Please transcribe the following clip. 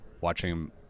watching